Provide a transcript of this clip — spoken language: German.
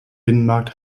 binnenmarkt